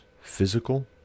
physical